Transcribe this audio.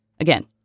Again